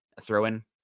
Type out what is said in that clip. throw-in